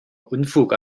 unfug